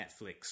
Netflix